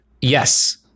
yes